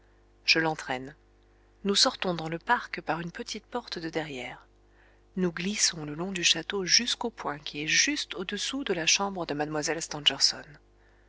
je l'entraîne nous sortons dans le parc par une petite porte de derrière nous glissons le long du château jusqu'au point qui est juste au-dessous de la chambre de